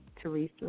Teresa